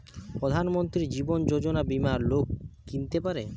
প্রধান মন্ত্রী জীবন যোজনা বীমা লোক কিনতে পারে